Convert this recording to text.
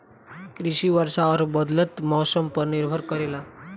कृषि वर्षा और बदलत मौसम पर निर्भर करेला